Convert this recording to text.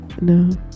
No